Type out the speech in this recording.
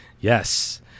Yes